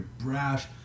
brash